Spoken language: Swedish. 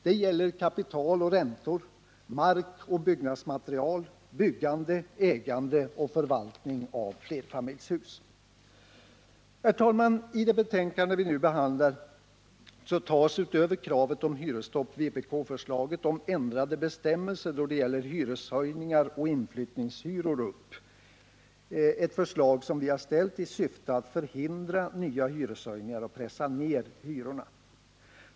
Det gäller kapital och räntor, mark, byggnadsmaterial, byggande, ägande och förvaltning av flerfamiljshus. I betänkandet behandlas, utöver kravet på hyresstopp, vpk-förslaget om ändrade bestämmelser då det gäller hyreshöjningar och inflyttningshyror. Förslaget syftar till att förhindra nya hyreshöjningar och pressa ned hyrorna.